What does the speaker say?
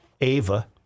Ava